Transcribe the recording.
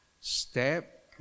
Step